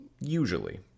usually